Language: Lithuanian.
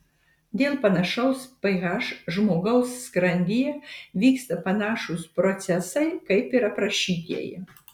dėl panašaus ph žmogaus skrandyje vyksta panašūs procesai kaip ir aprašytieji